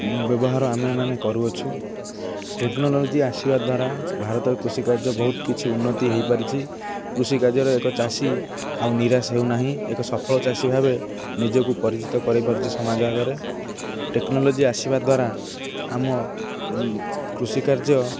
ବ୍ୟବହାର ଆମେମାନେ କରୁଅଛୁ ଟେକ୍ନୋଲୋଜି ଆସିବା ଦ୍ୱାରା ଭାରତ କୃଷିକାର୍ଯ୍ୟ ବହୁତ କିଛି ଉନ୍ନତି ହେଇପାରିଛି କୃଷି କାର୍ଯ୍ୟର ଏକ ଚାଷୀ ଆଉ ନିରାଶ ହେଉନାହିଁ ଏକ ସଫଳ ଚାଷୀ ଭାବେ ନିଜକୁ ପରିଚିତ କରାଇପାରୁଛି ସମାଜ ଆଗରେ ଟେକ୍ନୋଲୋଜି ଆସିବା ଦ୍ୱାରା ଆମ କୃଷିକାର୍ଯ୍ୟ